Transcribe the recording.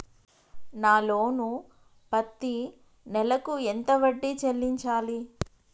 నా లోను పత్తి నెల కు ఎంత వడ్డీ చెల్లించాలి?